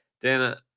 Dana